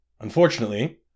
Unfortunately